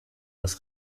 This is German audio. das